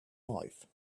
life